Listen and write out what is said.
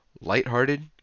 lighthearted